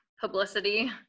publicity